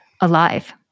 alive